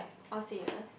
oh serious